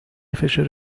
فشار